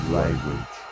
language